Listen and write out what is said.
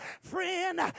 friend